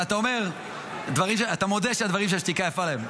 אבל אתה מודה שיש דברים שהשתיקה יפה להם,